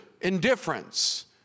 indifference